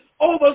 over